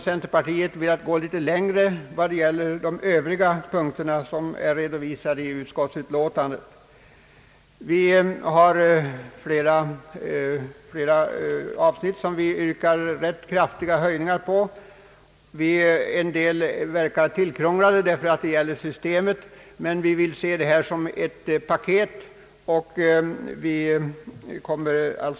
Centerpartiet har velat gå litet längre när det gäller övriga moment som är redovisade i utskottsutlåtandet under denna punkt. I flera avsnitt yrkar vi rätt kraftiga höjningar. Vissa yrkanden verkar tillkrånglade, men det beror på systemet — vi vill ha en paketlösning.